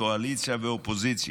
מקואליציה ואופוזיציה: